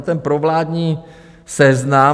Ten provládní Seznam...